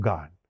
God